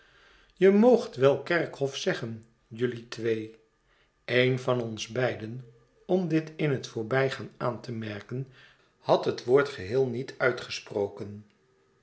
je moogt wel kerkhof zeggen jijlui twee een van ons beiden om dit in het voorbijgaan aan te merken had het woord geheel met uitgesproken